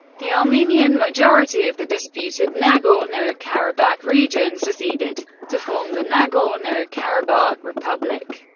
the armenian majority of the disputed nagorno-karabakh region seceded to form the nagorno-karabakh republic.